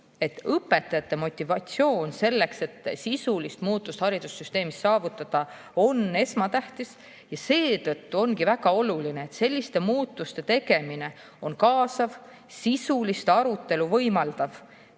õpetajate motivatsioon selleks, et sisulist muutust haridussüsteemis saavutada, on esmatähtis. Seetõttu ongi väga oluline, et selliste muudatuste tegemine oleks kaasav, sisulist arutelu võimaldav